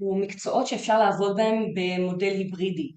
ומקצועות שאפשר לעבוד בהם בבמודל היברידי